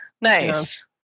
nice